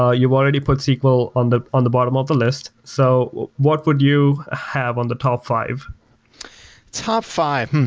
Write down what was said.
ah you've already put sql on the on the bottom of the list. so what would you have on the top five top five?